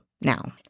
now